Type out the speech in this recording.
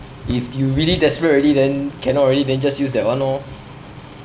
if you really desperate already then cannot already then just use that one orh